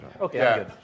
Okay